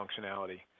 functionality